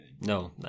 No